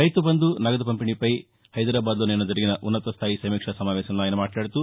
రైతుబంధు నగదు పంపిణీపై హైదరాబాద్లో నిన్న జరిగిన ఉన్నత స్థాయి సమీక్షా సమావేశంలో ఆయస మాట్లాదుతూ